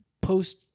post